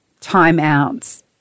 timeouts